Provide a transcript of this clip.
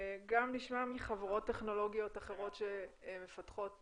גם נשמע מחברות טכנולוגיות אחרות שמפתחות